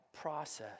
process